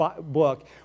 book